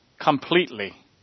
completely